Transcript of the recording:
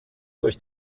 durch